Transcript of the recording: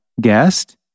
guest